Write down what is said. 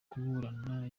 kuburana